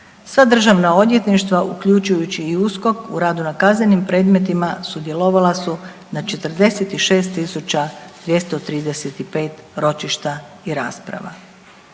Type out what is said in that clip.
Sva državna odvjetništva, uključujući i USKOK u radu na kaznenim predmetima, sudjelovala su na 46 235 ročišta i rasprava.